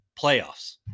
playoffs